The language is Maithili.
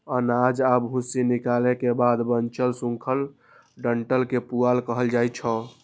अनाज आ भूसी निकालै के बाद बांचल सूखल डंठल कें पुआर कहल जाइ छै